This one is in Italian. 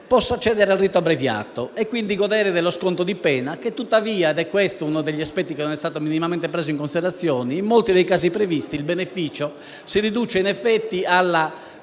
possa accedere al rito abbreviato e quindi godere dello sconto di pena. Tuttavia - questo è uno degli aspetti che non è stato minimamente preso in considerazione - in molti dei casi previsti il beneficio si riduce in effetti ad